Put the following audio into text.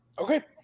okay